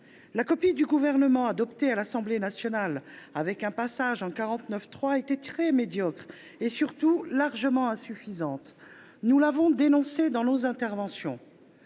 La copie du Gouvernement, adoptée à l’Assemblée nationale avec un passage par le 49.3, était très médiocre et, surtout, largement insuffisante. Nous l’avons dénoncée au cours de nos interventions.